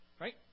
right